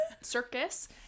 circus